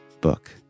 Book